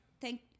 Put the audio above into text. Thank